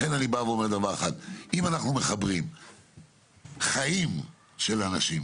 אם אנחנו מחברים חיים של אנשים,